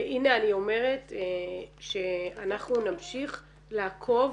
והנה אני אומרת שאנחנו נמשיך לעקוב